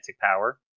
power